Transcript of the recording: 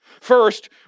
First